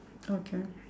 okay